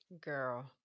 girl